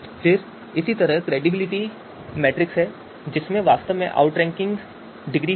फिर इसी तरह क्रेडिटबिलिटी मैट्रिक्स है जिसमें वास्तव में आउटरैंकिंग डिग्री होगी